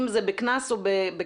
אם זה בקנס או בכלא,